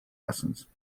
lessons